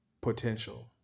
potential